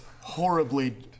horribly